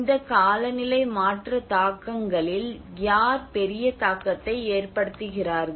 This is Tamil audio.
இந்த காலநிலை மாற்ற தாக்கங்களில் யார் பெரிய தாக்கத்தை ஏற்படுத்துகிறார்கள்